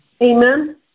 Amen